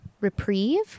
reprieve